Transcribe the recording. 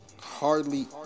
Hardly